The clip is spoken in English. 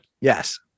Yes